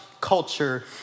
culture